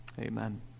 Amen